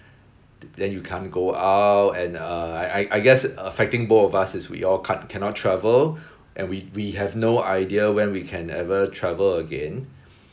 then you can't go out and err I I I guess affecting both of us is we all can't cannot travel and we we have no idea when we can ever travel again